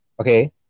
Okay